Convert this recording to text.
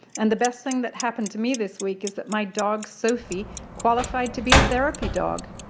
and the best thing that happened to me this week is that my dog sophie qualified to be a therapy dog.